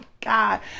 God